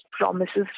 promises